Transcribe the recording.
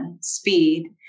speed